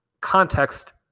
context